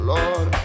Lord